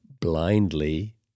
blindly